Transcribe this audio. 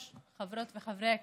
כבוד היושב-ראש, חברות וחברי הכנסת,